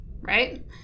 right